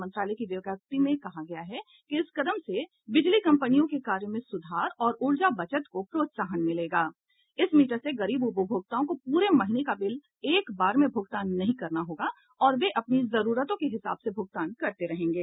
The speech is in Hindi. मंत्रालय की विज्ञप्ति में कहा गया है कि इस कदम से बिजली कंपनियों के कार्य में सुधार और ऊर्जा बचत को प्रोत्साहन इस मीटर से गरीब उपभोक्ताओं को पूरे महीने का बिल एक बार में भुगतान नहीं करना होगा और वे अपनी जरूरतों के हिसाब से भुगतान करते रहेंगे